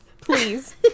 Please